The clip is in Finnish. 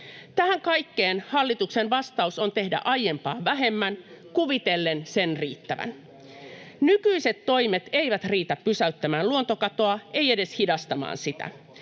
Tähän kaikkeen hallituksen vastaus on tehdä aiempaa vähemmän kuvitellen sen riittävän. Nykyiset toimet eivät riitä pysäyttämään luontokatoa, eivät edes hidastamaan sitä.